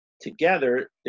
Together